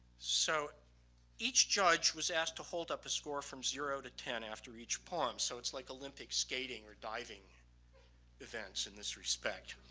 so each judge was asked to hold up a score from zero to ten after each poem so it's like olympic skating or diving events in this respect.